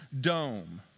dome